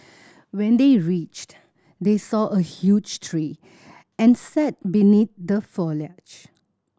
when they reached they saw a huge tree and sat beneath the foliage